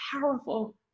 powerful